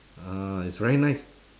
ah it's very nice